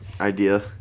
idea